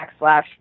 backslash